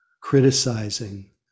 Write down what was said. criticizing